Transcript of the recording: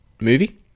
movie